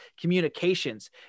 communications